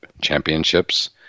championships